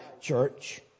church